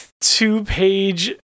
two-page